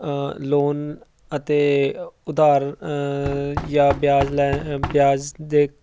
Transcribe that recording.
loan ਅਤੇ ਉਧਾਰ ਜਾਂ ਵਿਆਜ ਲੈ ਵਿਆਜ ਦੇ